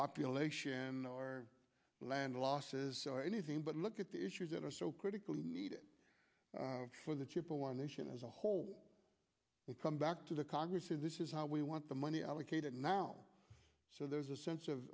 population or land losses or anything but look at the issues that are so critically needed for the chippewa nation as a whole and come back to the congress and this is how we want the money allocated now so there's a sense of